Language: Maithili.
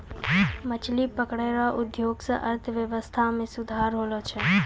मछली पकड़ै रो उद्योग से अर्थव्यबस्था मे सुधार होलो छै